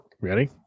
Ready